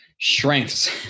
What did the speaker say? strengths